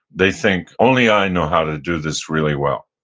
they think, only i know how to do this really well.